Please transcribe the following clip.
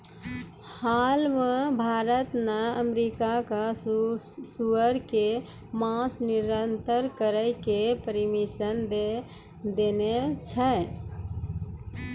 हाल मॅ भारत न अमेरिका कॅ सूअर के मांस निर्यात करै के परमिशन दै देने छै